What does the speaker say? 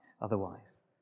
otherwise